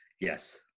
Yes